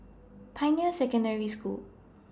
Pioneer Secondary School